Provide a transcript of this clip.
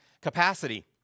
capacity